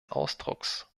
ausdrucks